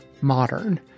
modern